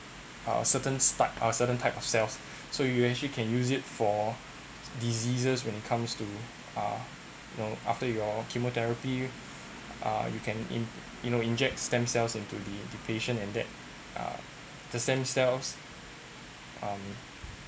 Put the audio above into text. a certain start a certain types of cells so you actually can use it for diseases when it comes to uh you know after your chemotherapy uh you can in you know inject stem cells into the the patient and that the same cells um